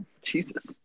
Jesus